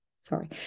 sorry